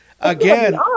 again